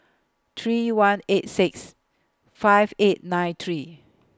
three one eight six five eight nine three